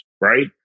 right